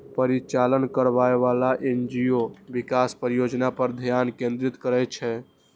परिचालन करैबला एन.जी.ओ विकास परियोजना पर ध्यान केंद्रित करै छै